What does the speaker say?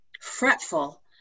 fretful